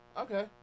Okay